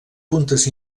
puntes